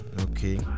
okay